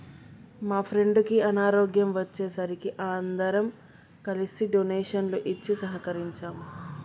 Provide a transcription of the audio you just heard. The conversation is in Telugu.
మా ఫ్రెండుకి అనారోగ్యం వచ్చే సరికి అందరం కలిసి డొనేషన్లు ఇచ్చి సహకరించాం